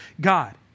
God